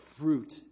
fruit